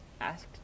asked